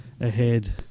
ahead